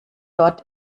dort